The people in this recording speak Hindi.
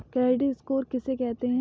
क्रेडिट स्कोर किसे कहते हैं?